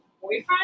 boyfriend